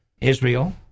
Israel